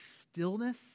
stillness